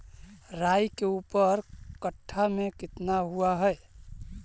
राई के ऊपर कट्ठा में कितना हुआ है?